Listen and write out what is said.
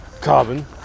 Carbon